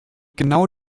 genau